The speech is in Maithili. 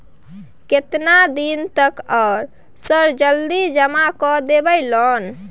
केतना दिन तक आर सर जल्दी जमा कर देबै लोन?